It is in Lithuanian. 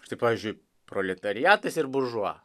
štai pavyzdžiui proletariatas ir buržua